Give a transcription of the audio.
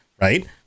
right